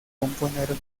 componer